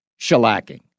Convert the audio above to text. shellacking